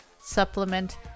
supplement